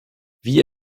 wie